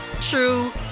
true